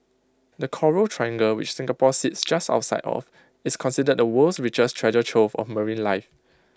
the Coral triangle which Singapore sits just outside of is considered the world's richest treasure trove of marine life